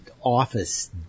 office